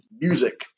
music